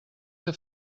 que